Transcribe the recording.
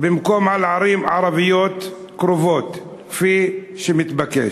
במקום על שם ערים ערביות קרובות, כפי שמתבקש?